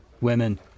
Women